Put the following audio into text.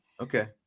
Okay